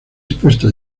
dispuesto